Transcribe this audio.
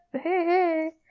hey